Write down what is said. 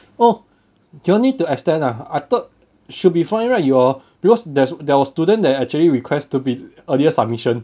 oh you all need to extend ah I thought should be fine right your because there's there was student that actually request to be earlier submission